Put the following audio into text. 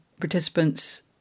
participants